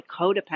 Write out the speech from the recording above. codependent